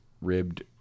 ribbed